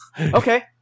Okay